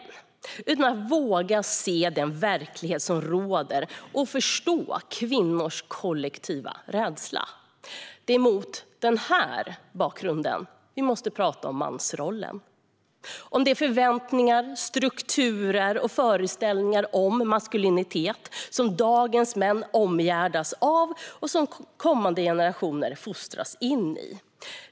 Det handlar om att våga se den verklighet som råder och förstå kvinnors kollektiva rädsla. Det är mot den bakgrunden vi måste prata om mansrollen, om de förväntningar, strukturer och föreställningar om maskulinitet som dagens män omgärdas av och som kommande generationer fostras in i.